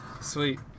sweet